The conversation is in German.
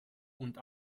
und